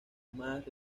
más